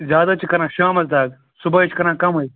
زیادٕ حظ چھِ کَران شامَس دَگ صُبحٲے چھِ کَران کَمٕے